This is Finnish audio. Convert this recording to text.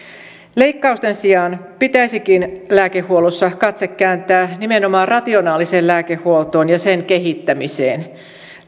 leikkausten sijaan pitäisikin lääkehuollossa katse kääntää nimenomaan rationaaliseen lääkehuoltoon ja sen kehittämiseen